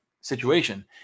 situation